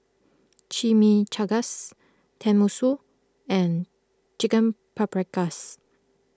Chimichangas Tenmusu and Chicken Paprikas